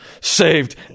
saved